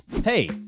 Hey